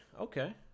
Okay